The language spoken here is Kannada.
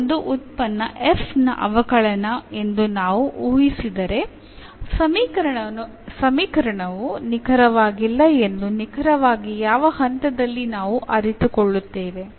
ಇದು ಒಂದು ಉತ್ಪನ್ನ fನ ಅವಕಲನ ಎಂದು ನಾವು ಊಹಿಸಿದರೆ ಸಮೀಕರಣವು ನಿಖರವಾಗಿಲ್ಲ ಎಂದು ನಿಖರವಾಗಿ ಯಾವ ಹಂತದಲ್ಲಿ ನಾವು ಅರಿತುಕೊಳ್ಳುತ್ತೇವೆ